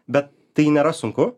bet tai nėra sunku